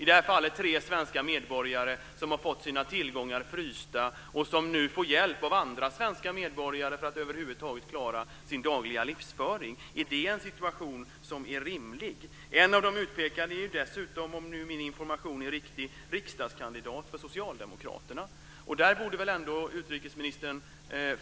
I det här fallet har tre svenska medborgare fått sina tillgångar frysta. De får nu hjälp av andra svenska medborgare för att över huvud taget klara sin dagliga livsföring. Är det en situation som är rimlig? En av de utpekade är dessutom, om nu min information är riktig, riksdagskandidat för Socialdemokraterna. Där borde väl ändå utrikesministern